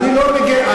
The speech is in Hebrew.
אני לא מגן.